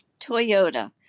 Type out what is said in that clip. Toyota